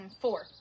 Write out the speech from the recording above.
four